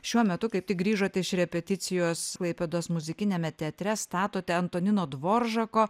šiuo metu kaip tik grįžote iš repeticijos klaipėdos muzikiniame teatre statote antonino dvoržako